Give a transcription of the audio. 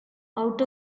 out